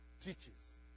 teaches